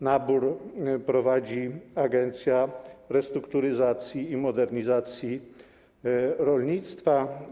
Nabór prowadzi Agencja Restrukturyzacji i Modernizacji Rolnictwa.